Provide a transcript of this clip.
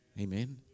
Amen